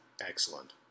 Excellent